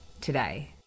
today